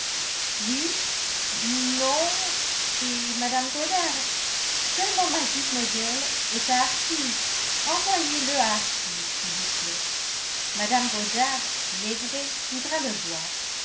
oui non chez mme goddard seulement ma jupe modèle est à hartfield envoyez-le à hartfield s'il vous plaît mme goddard il est vrai voudra le voir